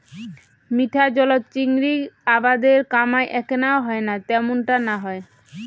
মিঠা জলত চিংড়ির আবাদের কামাই এ্যাকনাও হয়না ত্যামুনটা না হয়